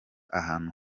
ahantu